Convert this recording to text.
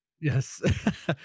Yes